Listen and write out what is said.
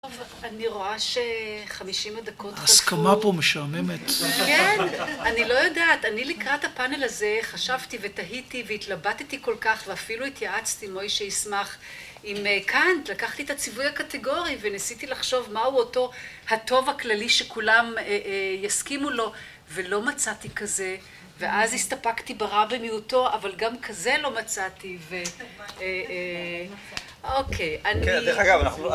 ‫טוב, אני רואה שחמישים הדקות חלפו... ‫-הסכמה פה משעממת. ‫כן? אני לא יודעת. ‫אני לקראת הפאנל הזה, ‫חשבתי ותהיתי והתלבטתי כל כך, ‫ואפילו התייעצתי, ‫מוישה ישמח. עם קאנט, ‫לקחתי את הציווי הקטגורי ‫וניסיתי לחשוב מהו אותו הטוב הכללי ‫שכולם יסכימו לו. ‫ולא מצאתי כזה, ‫ואז הסתפקתי ברע במיעוטו, ‫אבל גם כזה לא מצאתי, ו... ‫אה אה... אוקיי, אני... ‫-כן, דרך אגב, אנחנו...